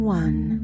one